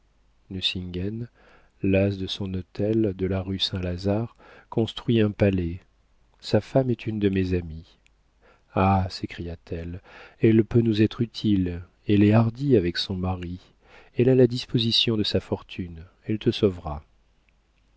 nucingen las de son hôtel de la rue saint-lazare construit un palais sa femme est une de mes amies ah s'écria-t-elle elle peut nous être utile elle est hardie avec son mari elle a la disposition de sa fortune elle te sauvera